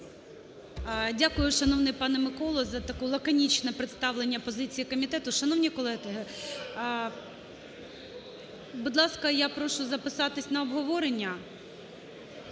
Дякую, шановний пане Микола, за таке лаконічне представлення позиції комітету. Шановні колеги, будь ласка, я прошу записатися на обговорення.